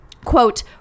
quote